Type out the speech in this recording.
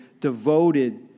devoted